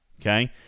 Okay